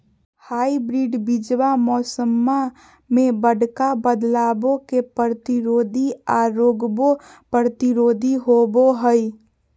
hybrid बीजावा मौसम्मा मे बडका बदलाबो के प्रतिरोधी आ रोगबो प्रतिरोधी होबो हई